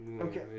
okay